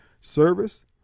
service